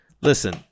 Listen